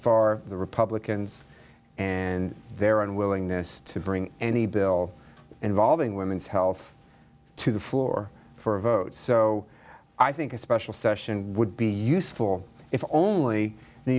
for the republicans and their unwillingness to bring any bill involving women's health to the floor for a vote so i think a special session would be useful if only new